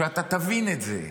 שתבין את זה.